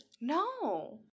No